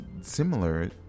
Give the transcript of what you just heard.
similar